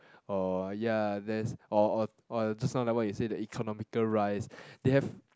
or ya there's or or or just now what you say the economical rice they have